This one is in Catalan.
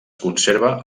conserva